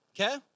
Okay